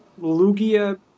Lugia